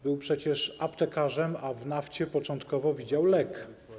Był przecież aptekarzem, a w nafcie początkowo widział lek.